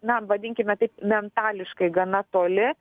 na vadinkime taip mentališkai gana toli